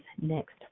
next